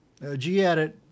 Gedit